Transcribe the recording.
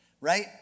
right